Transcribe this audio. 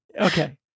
Okay